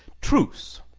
truce,